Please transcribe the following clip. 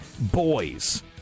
boys